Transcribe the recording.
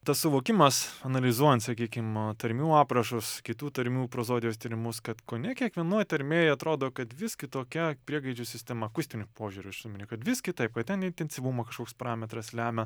tas suvokimas analizuojant sakykim tarmių aprašus kitų tarmių prozodijos tyrimus kad kone kiekvienoj tarmėj atrodo kad vis kitokia priegaidžių sistema akustiniu požiūriu aš jau minėjau kad vis kitaip kad ten intensyvumą kažkoks parametras lemia